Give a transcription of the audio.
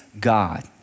God